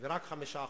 ורק חמישה יהודים.